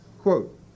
Quote